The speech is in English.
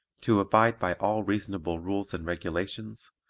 to abide by all reasonable rules and regulations